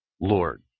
Lord